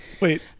Wait